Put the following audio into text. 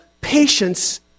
patience